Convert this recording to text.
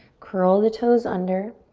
curl the toes under.